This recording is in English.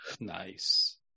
nice